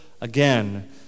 again